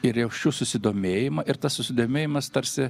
ir jaučiu susidomėjimą ir tas susidomėjimas tarsi